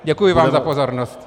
Děkuji vám za pozornost.